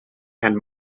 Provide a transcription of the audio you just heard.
and